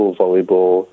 volleyball